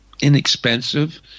inexpensive